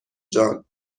جان